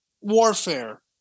warfare